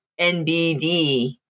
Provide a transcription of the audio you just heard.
NBD